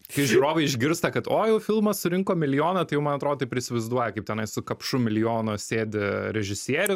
kai žiūrovai išgirsta kad o jau filmas surinko milijoną tai jau man atrodo taip ir įsivaizduo kaip tenai su kapšu milijono sėdi režisierius